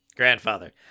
grandfather